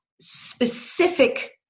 specific